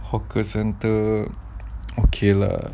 hawker centre okay lah